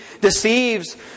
deceives